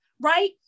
right